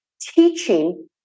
teaching